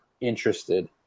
interested